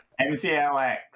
MCLX